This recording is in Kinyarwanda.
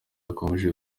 yakomeje